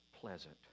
pleasant